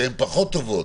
שהן פחות טובות,